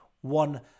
one